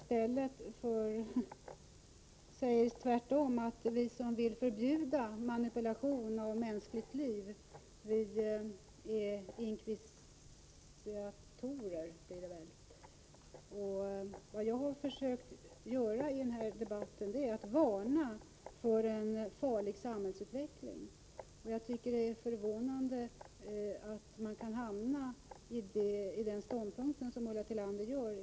Hon säger tvärtom att vi som vill förbjuda manipulation av mänskligt liv är inkvisitorer. Vad jag har försökt göra i den här debatten är att varna för en farlig samhällsutveckling. Jag tycker att det är förvånande att Ulla Tillander har kunnat hamna i den ståndpunkt som hon intagit.